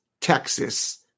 Texas